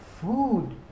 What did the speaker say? food